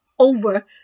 over